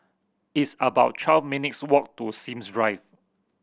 it's about twelve minutes' walk to Sims Drive